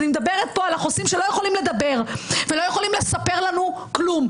אני מדברת פה על החוסים שלא יכולים לדבר ולא יכולים לספר לנו כלום,